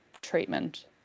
treatment